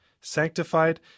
sanctified